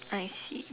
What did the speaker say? I see